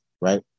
right